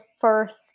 first